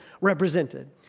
represented